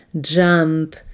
jump